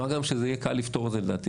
מה גם שזה יהיה קל לפתור את זה לדעתי.